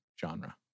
genre